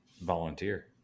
volunteer